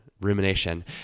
rumination